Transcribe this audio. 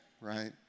right